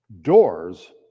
doors